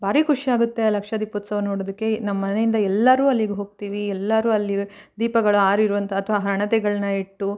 ಭಾರಿ ಖುಷಿ ಆಗುತ್ತೆ ಲಕ್ಷ ದೀಪೋತ್ಸವ ನೋಡೋದಕ್ಕೆ ನಮ್ಮ ಮನೆಯಿಂದ ಎಲ್ಲರೂ ಅಲ್ಲಿಗೆ ಹೋಗ್ತೀವಿ ಎಲ್ಲರೂ ಅಲ್ಲಿ ದೀಪಗಳು ಆರಿರುವಂಥ ಅಥ್ವಾ ಹಣತೆಗಳ್ನ ಇಟ್ಟು